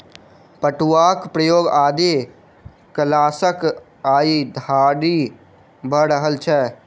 पटुआक प्रयोग आदि कालसँ आइ धरि भ रहल छै